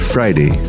Friday